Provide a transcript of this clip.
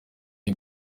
ati